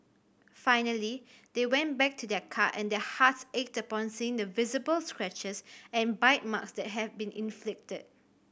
finally they went back to their car and their hearts ached upon seeing the visible scratches and bite marks that had been inflicted